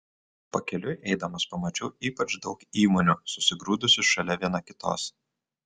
pakeliui eidamas pamačiau ypač daug įmonių susigrūdusių šalia viena kitos